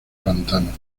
pantano